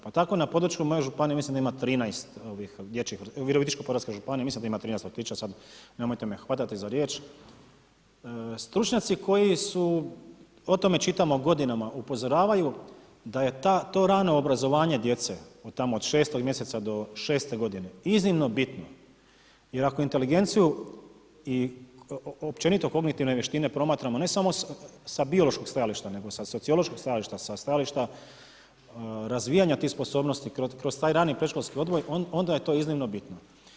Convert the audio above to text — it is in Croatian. Pa tako na području moje županije, mislim da ima 13, u Virovitičko-podravskoj županiji, mislim da ima 13 vrtića, sad nemojte me hvatati za riječ, stručnjaci koji su, o tome čitamo godinama, upozoravaju da je to rano obrazovanje djece od tamo 6 mjeseca do 6 godine, iznimno bitno jer ako inteligenciju i općenito kognitivne vještine promatramo ne samo sa biološkog stajališta nego sa sociološkog stajališta, sa stajališta razvijanja tih sposobnosti kroz taj rani predškolski odgoj, onda je to iznimno bitno.